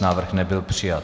Návrh nebyl přijat.